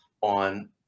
on